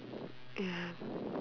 mm ya